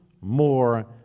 more